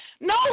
no